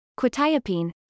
Quetiapine